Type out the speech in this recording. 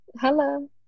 Hello